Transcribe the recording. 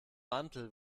mantel